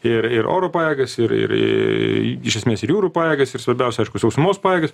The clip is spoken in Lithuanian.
ir ir oro pajėgas ir ir į iš esmės ir jūrų pajėgas ir svarbiausia aišku sausumos pajėgas